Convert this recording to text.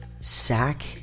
sack